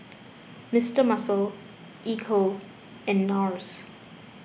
Mister Muscle Ecco and Nars